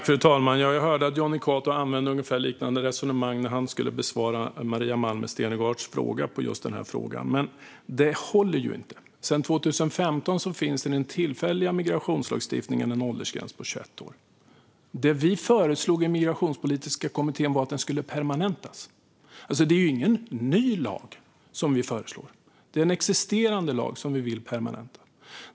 Fru talman! Jag hörde att Jonny Cato använde ett liknande resonemang när han skulle besvara Maria Malmer Stenergards fråga. Men det håller inte. Sedan 2015 finns i den tillfälliga migrationslagstiftningen en åldersgräns på 21 år. Det vi föreslog i migrationspolitiska kommittén var att den skulle permanentas. Det är ingen ny lag vi föreslår, utan det är en existerande lag som vi vill permanenta.